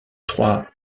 trois